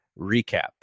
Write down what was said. recap